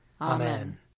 Amen